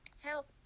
help